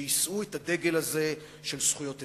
שיישאו את הדגל הזה של זכויות אזרח,